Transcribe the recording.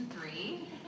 three